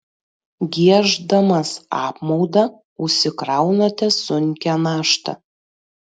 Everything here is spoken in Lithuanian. gieždamas apmaudą užsikraunate sunkią naštą